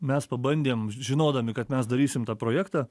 mes pabandėm žinodami kad mes darysim tą projektą